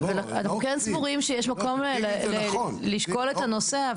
אנחנו כן סבורים שיש מקום לשקול את הנושא,